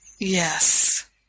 Yes